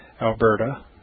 Alberta